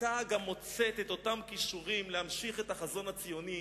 שגם תמצא את אותם כישורים להמשיך את החזון הציוני,